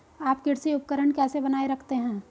आप कृषि उपकरण कैसे बनाए रखते हैं?